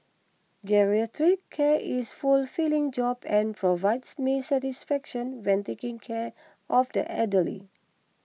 geriatric care is fulfilling job and provides me satisfaction when taking care of the elderly